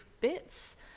bits